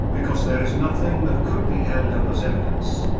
because there is nothing that could be held up as evidence.